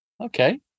Okay